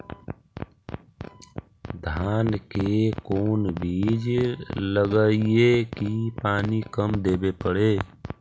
धान के कोन बिज लगईऐ कि पानी कम देवे पड़े?